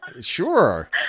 Sure